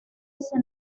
ese